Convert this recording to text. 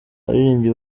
abaririmbyi